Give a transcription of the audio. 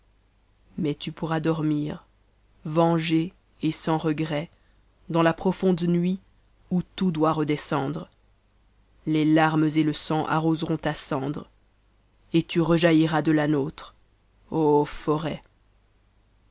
mais tu pourras dormir vengée et sans regret dans la profonde nuit où tout doit redescendre les larmes et le sang arroseront ta cendre et tu rejailliras de la nôtre ô forêt